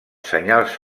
senyals